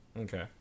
Okay